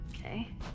okay